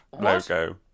logo